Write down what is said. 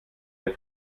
der